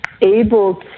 able